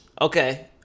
Okay